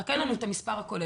רק אין לנו את המספר הכולל.